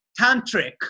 Tantric